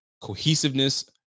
cohesiveness